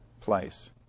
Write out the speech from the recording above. place